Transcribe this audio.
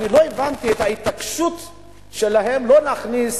אני לא הבנתי את ההתעקשות שלהם שלא להכניס